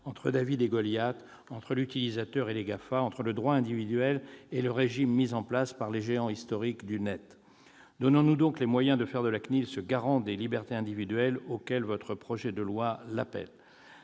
entre David et Goliath, entre l'utilisateur et les GAFA, entre le droit individuel et le régime mis en place par les géants historiques du net. Donnons-nous donc les moyens de faire de la CNIL ce garant des libertés individuelles que le projet de loi l'appelle